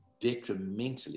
detrimentally